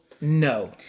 no